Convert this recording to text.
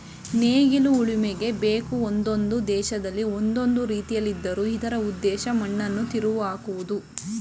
ನೇಗಿಲು ಉಳುಮೆಗೆ ಬೇಕು ಒಂದೊಂದು ದೇಶದಲ್ಲಿ ಒಂದೊಂದು ರೀತಿಲಿದ್ದರೂ ಇದರ ಉದ್ದೇಶ ಮಣ್ಣನ್ನು ತಿರುವಿಹಾಕುವುದು